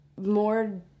more